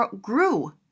grew